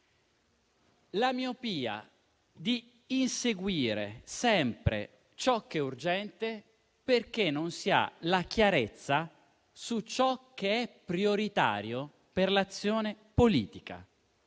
la miopia di inseguire sempre ciò che è urgente, perché non si ha la chiarezza su ciò che è prioritario per l'azione politica.